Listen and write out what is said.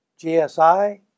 GSI